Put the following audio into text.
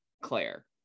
Claire